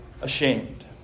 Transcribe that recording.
ashamed